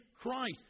Christ